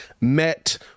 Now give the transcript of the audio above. met